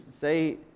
say